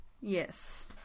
Yes